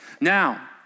now